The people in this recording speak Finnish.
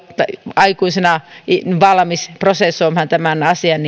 aikuisena valmis prosessoimaan tämän asian